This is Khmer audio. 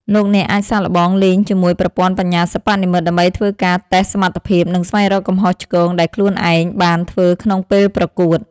លោកអ្នកអាចសាកល្បងលេងជាមួយប្រព័ន្ធបញ្ញាសិប្បនិម្មិតដើម្បីធ្វើការតេស្តសមត្ថភាពនិងស្វែងរកកំហុសឆ្គងដែលខ្លួនឯងបានធ្វើក្នុងពេលប្រកួត។